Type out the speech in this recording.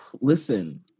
Listen